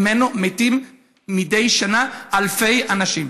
ממנו מתים מדי שנה אלפי אנשים.